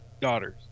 daughters